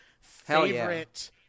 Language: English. favorite